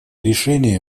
решения